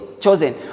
chosen